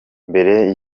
imbere